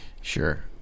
Sure